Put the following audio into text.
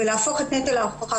ולהפוך את נטל ההוכחה,